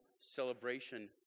celebration